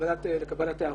לקבלת הערותיו.